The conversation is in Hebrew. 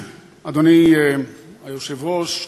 אדוני היושב-ראש,